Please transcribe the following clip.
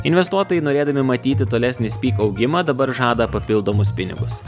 investuotojai norėdami matyti tolesnį speak augimą dabar žada papildomus pinigus